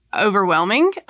overwhelming